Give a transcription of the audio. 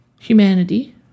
humanity